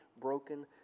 broken